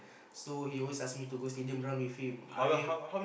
so he always ask me to go stadium run with him I